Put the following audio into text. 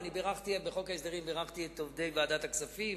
בחוק ההסדרים בירכתי את עובדי ועדת הכספים